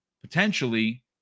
potentially